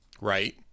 right